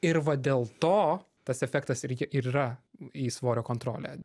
ir va dėl to tas efektas ir ir yra į svorio kontrolę